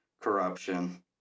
corruption